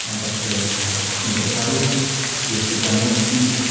ah dr ahmed al-tayeb with the grand mufti.